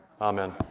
Amen